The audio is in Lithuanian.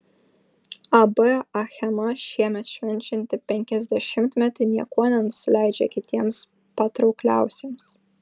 ab achema šiemet švenčianti penkiasdešimtmetį niekuo nenusileidžia kitiems patraukliausiems